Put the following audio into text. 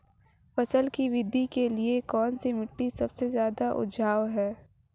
फसल की वृद्धि के लिए कौनसी मिट्टी सबसे ज्यादा उपजाऊ है?